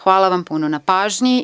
Hvala vam puno na pažnji.